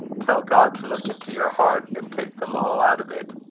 tell god to look into your heart, and take them all out of it.